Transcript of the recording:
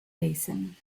basin